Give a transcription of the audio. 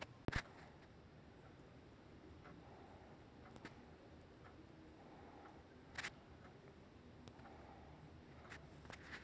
ಗೋಂಜಾಳ ಸುಲಂಗಿ ಹೊಡೆಯುವಾಗ ವಾತಾವರಣ ಹೆಂಗ್ ಇದ್ದರ ಫಸಲು ಜಾಸ್ತಿ ಬರತದ ರಿ?